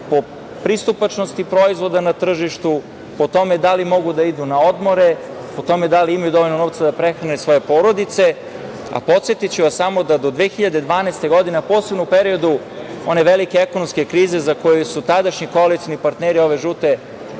po pristupačnosti proizvoda na tržištu, po tome da li mogu da idu na odmore, po tome da li imaju dovoljno novca da prehrane svoje porodice, a podsetiću vas samo da do 2012. godine, posebno u periodu one velike ekonomske krize za koju su tadašnji koalicioni partneri ovog žutog